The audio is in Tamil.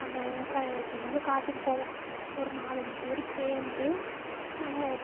அந்த விவசாயம் வைக்கும் போது காட்டுக்குப் போவோம் ஒரு நாலஞ்சு பேர் சேர்ந்து நாங்கள்